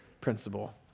principle